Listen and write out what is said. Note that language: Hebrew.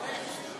פורש?